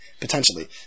Potentially